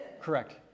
Correct